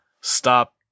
stop